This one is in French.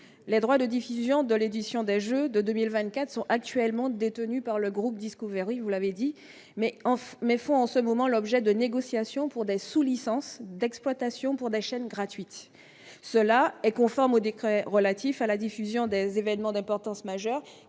les droits de diffusion de l'édition des Jeux de 2024 sont actuellement détenus par le groupe Discovery ou l'avait dit : mais enfin, mais font en ce moment, l'objet de négociations pour des sous-licences d'exploitation pour des chaînes gratuites, si cela est conforme au décret relatif à la diffusion des et. Tellement d'importance majeure